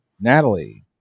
Natalie